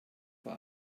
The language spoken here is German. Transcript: vor